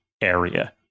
area